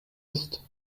ist